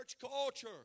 culture